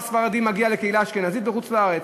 לבין רב ספרדי שמגיע לקהילה אשכנזית בחוץ-לארץ?